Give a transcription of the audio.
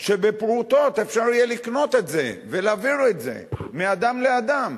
ובפרוטות אפשר יהיה לקנות את זה ולהעביר את זה מאדם לאדם?